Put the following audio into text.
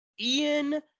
Ian